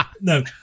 No